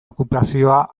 okupazioa